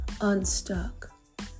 unstuck